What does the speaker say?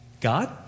God